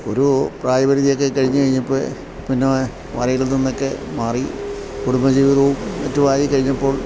ഒരു പ്രായപരിധിയൊക്കെ കഴിഞ്ഞ് കഴിഞ്ഞപ്പം പിന്നെ വരയിൽ നിന്നൊക്കെ മാറി കുടുംബജീവിതവും മറ്റുമായി കഴിഞ്ഞപ്പോൾ